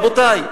רבותי,